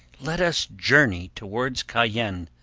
let us journey towards cayenne.